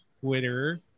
twitter